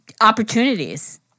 Opportunities